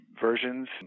versions